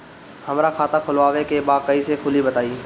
हमरा खाता खोलवावे के बा कइसे खुली बताईं?